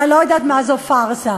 אני לא יודעת מה זו פארסה.